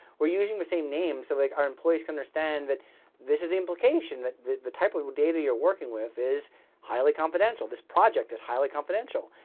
we're using the same names so like our employees can understand that this is the implication that the the type of data you're working with is highly confidential. this project is highly confidential.